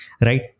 right